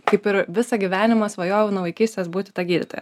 kaip ir visą gyvenimą svajojau nuo vaikystės būti ta gydytoja